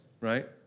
right